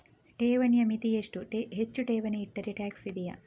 ಠೇವಣಿಯ ಮಿತಿ ಎಷ್ಟು, ಹೆಚ್ಚು ಠೇವಣಿ ಇಟ್ಟರೆ ಟ್ಯಾಕ್ಸ್ ಇದೆಯಾ?